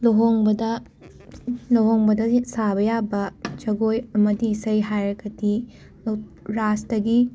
ꯂꯨꯍꯣꯡꯕꯗ ꯂꯨꯍꯣꯡꯕꯗ ꯁꯥꯕ ꯌꯥꯕ ꯖꯒꯣꯏ ꯑꯃꯗꯤ ꯏꯁꯩ ꯍꯥꯏꯔꯒꯗꯤ ꯔꯥꯁꯇꯒꯤ